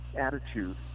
attitude